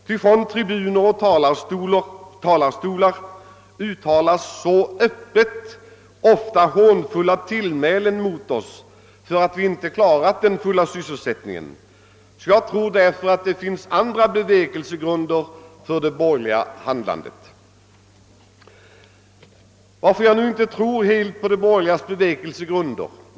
Ty från tribuner och talarstolar uttalar man sig ofta så öppet hånfullt mot oss för att vi inte klarat den fulla sysselsättningen. Jag tror därför att det finns andra bevekelsegrunder för det borgerliga handlandet. Varför tror jag inte helt på de borgerligas omsvängning?